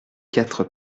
quatre